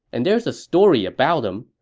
and there's a story about him.